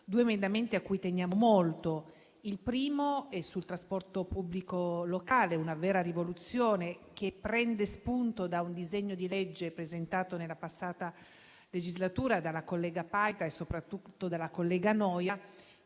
due emendamenti a cui teniamo molto. Il primo è sul trasporto pubblico locale: una vera rivoluzione, che prende spunto da un disegno di legge presentato nella passata legislatura dalla collega Paita e soprattutto dalla collega Noja.